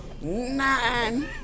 nine